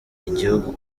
igihugu